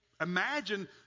imagine